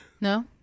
No